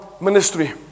Ministry